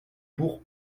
pour